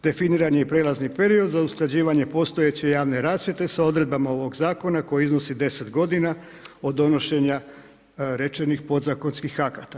Definiran je i prijelazni period za usklađivanje postojeće javne rasvjete, sa odredbama ovog zakona, koji iznosi 10 g. od donošenja rečenih podzakonskih akata.